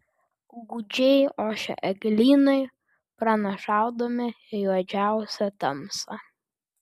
gūdžiai ošė eglynai pranašaudami juodžiausią tamsą